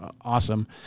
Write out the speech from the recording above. awesome